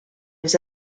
les